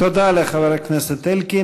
תודה לחבר הכנסת אלקין.